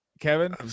Kevin